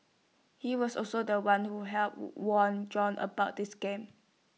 he was also The One who helped warn John about the scam